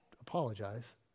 apologize